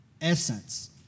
essence